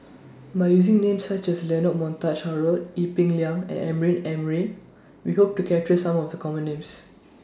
By using Names such as Leonard Montague Harrod Ee Peng Liang and Amrin Amin We Hope to capture Some of The Common Names